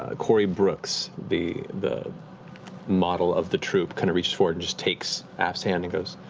ah cori brooks, the the model of the troop, kind of reaches forward and just takes af's hand and goes,